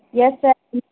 yes sir